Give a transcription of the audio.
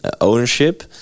ownership